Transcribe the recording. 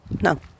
No